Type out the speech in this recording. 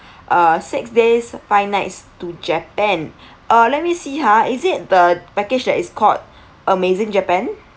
uh six days five nights to japan uh let me see ha is it the package that is called amazing japan